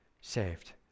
Saved